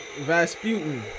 Vasputin